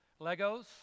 Legos